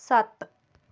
ਸੱਤ